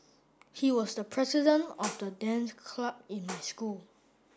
he was the president of the dance club in my school